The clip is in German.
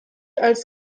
als